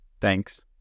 Thanks